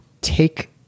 take